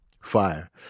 fire